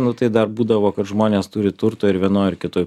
nu tai dar būdavo kad žmonės turi turto ir vienoj ir kitoj